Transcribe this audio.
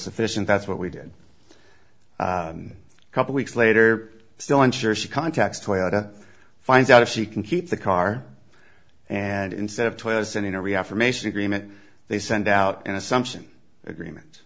sufficient that's what we did a couple weeks later still ensure she contacts toyota finds out if she can keep the car and instead of twelve sending a reaffirmation agreement they send out an assumption agreement